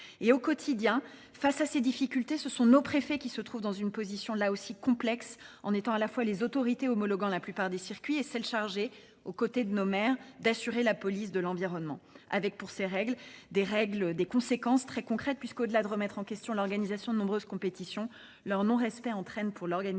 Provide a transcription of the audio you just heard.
Et au quotidien, face à ces difficultés, ce sont nos préfets qui se trouvent dans une position là aussi complexe en étant à la fois les autorités homologuant la plupart des circuits et celles chargées aux côtés de nos maires d'assurer la police de l'environnement. Avec pour ces règles des conséquences très concrètes puisqu'au-delà de remettre en question l'organisation de nombreuses compétitions, leur non-respect entraîne pour l'organisateur